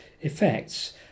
effects